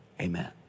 amen